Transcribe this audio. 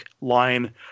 line